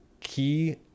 key